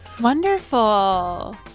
Wonderful